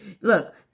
look